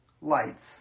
lights